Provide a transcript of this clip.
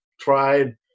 tried